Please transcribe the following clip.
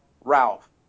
Ralph